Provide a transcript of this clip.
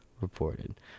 reported